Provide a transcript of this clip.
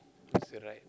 is the right